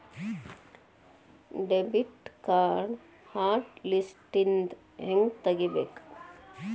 debit ಕಾರ್ಡ್ನ hot ಲಿಸ್ಟ್ನಿಂದ ಹೆಂಗ ತೆಗಿಬೇಕ